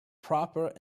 proper